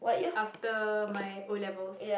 after my O-levels